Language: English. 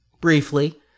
briefly